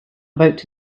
about